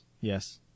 Yes